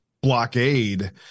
blockade